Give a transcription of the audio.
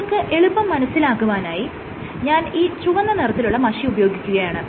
നിങ്ങൾക്ക് എളുപ്പം മനസ്സിലാകുവാനായി ഞാൻ ഈ ചുവന്ന നിറത്തിലുള്ള മഷി ഉപയോഗിക്കുകയാണ്